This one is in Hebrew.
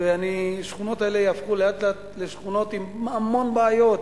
ולאט לאט השכונות האלה יהפכו לשכונות עם הרבה בעיות,